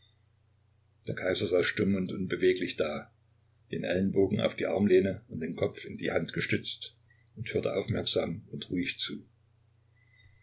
der kaiser saß stumm und unbeweglich da den ellenbogen auf die armlehne und den kopf in die hand gestützt und hörte aufmerksam und ruhig zu